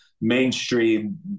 mainstream